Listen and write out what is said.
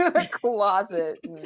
closet